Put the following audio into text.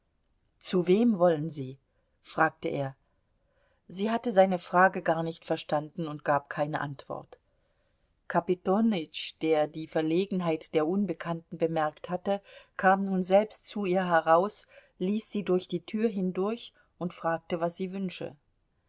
zu wem wollen sie fragte er sie hatte seine frage gar nicht verstanden und gab keine antwort kapitonütsch der die verlegenheit der unbekannten bemerkt hatte kam nun selbst zu ihr heraus ließ sie durch die tür hindurch und fragte was sie wünsche